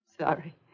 Sorry